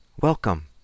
Welcome